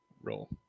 roll